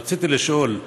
ברצוני לשאול: